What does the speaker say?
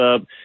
up